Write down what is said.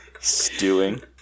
Stewing